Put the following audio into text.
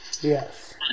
Yes